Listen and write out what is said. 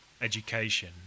education